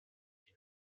die